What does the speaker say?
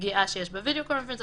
הפגיעה שיש בווידיאו קונפרנס,